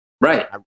Right